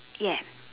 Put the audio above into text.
ya